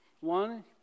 One